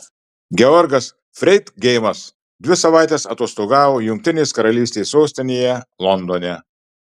georgas freidgeimas dvi savaites atostogavo jungtinės karalystės sostinėje londone